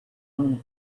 own